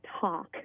talk